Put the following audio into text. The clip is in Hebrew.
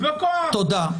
תודה.